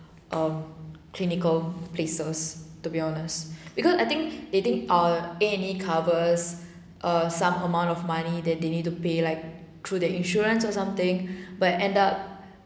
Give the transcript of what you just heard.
uh clinical places to be honest because I think they think ah a and e covers err some amount of money that they need to pay like through the insurance or something but end up